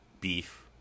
beef